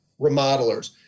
remodelers